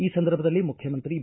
ಈ ಸಂದರ್ಭದಲ್ಲಿ ಮುಖ್ಯಮಂತ್ರಿ ಬಿ